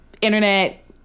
Internet